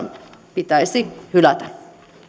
pitäisi hylätä